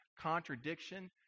contradiction